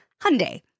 Hyundai